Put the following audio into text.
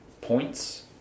Points